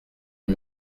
une